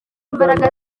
mbaraga